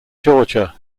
georgia